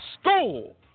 school